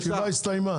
לא, הישיבה הסתיימה.